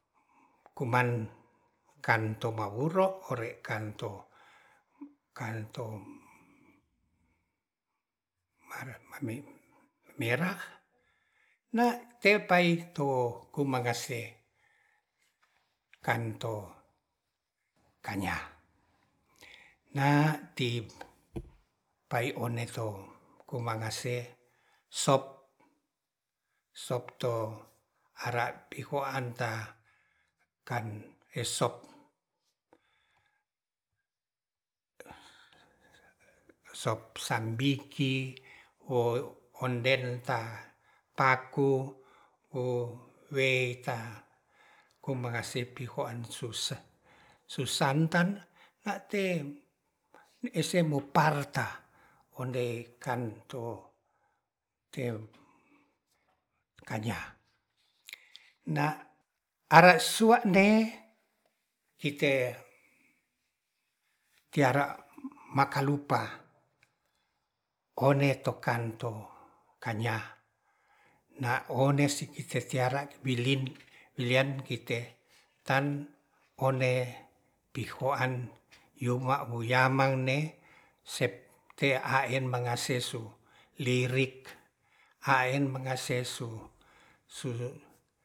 Kuman kan to mauro ore kan to kan to merah na pe pai too kumangase kan to kanya na ti pai one to kumangase sop-sop to ara pi hoan ta kan esok sop sambiki onen ta paku uwei ta kuimangase pihoan susah susantan a'te ese mo parta ondei kanto teu kanya na are sua'ne kite tiara makalupa one to kanto kanya na one sikite tiara wilin-wilien kite tan one pihoan yuma wuyaman ne sep te a en mangase mangase su lirik haen mangase su-su